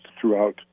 throughout